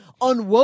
unwoke